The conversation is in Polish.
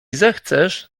zechcesz